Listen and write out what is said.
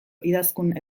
idazkun